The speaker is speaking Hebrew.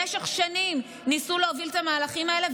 במשך שנים ניסו להוביל את המהלכים האלה,